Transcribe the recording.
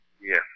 Yes